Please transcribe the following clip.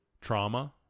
trauma